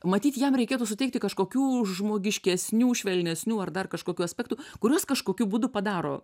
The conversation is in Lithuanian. matyt jam reikėtų suteikti kažkokių žmogiškesnių švelnesnių ar dar kažkokių aspektų kuriuos kažkokiu būdu padaro